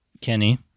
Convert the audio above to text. Kenny